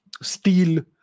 steel